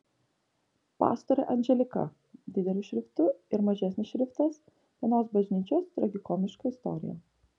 pastorė anželika dideliu šriftu ir mažesnis šriftas vienos bažnyčios tragikomiška istorija